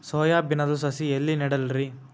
Soya ಬಿನದು ಸಸಿ ಎಲ್ಲಿ ನೆಡಲಿರಿ?